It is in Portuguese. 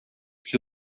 que